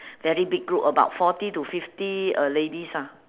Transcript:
very big group about forty to fifty uh ladies ah